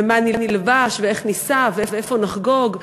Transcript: ומה נלבש ואיך ניסע ואיפה נחגוג,